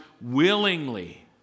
willingly